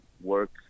work